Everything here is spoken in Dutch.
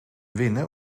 winnen